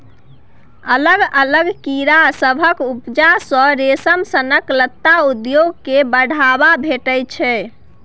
अलग अलग कीड़ा सभक उपजा सँ रेशम सनक लत्ता उद्योग केँ बढ़ाबा भेटैत छै